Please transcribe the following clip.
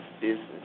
business